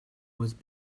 was